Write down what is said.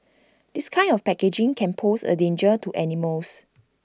this kind of packaging can pose A danger to animals